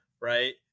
right